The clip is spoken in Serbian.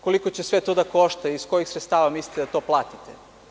Koliko će sve to da košta i iz kojih sredstava mislite da platite?